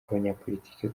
abanyapolitiki